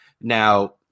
Now